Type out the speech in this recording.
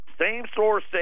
same-source